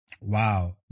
Wow